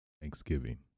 thanksgiving